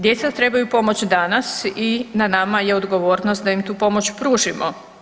Djeca trebaju pomoć danas i na nama je odgovornost da im tu pomoć pružimo.